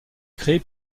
créé